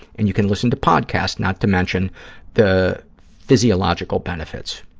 and you can listen to podcasts, not to mention the physiological benefits.